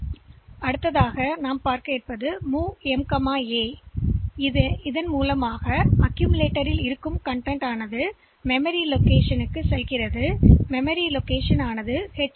MOV M A அதாவது இந்த அக்கிமிலிட்டரி்களின் உள்ளடக்கம் மெமரி இடத்திற்குச் செல்ல வேண்டும் அதன் முகவரி எச்